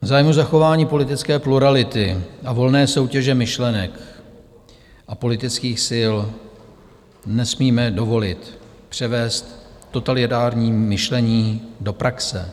V zájmu zachování politické plurality a volné soutěže myšlenek a politických sil nesmíme dovolit převést totalitní myšlení do praxe.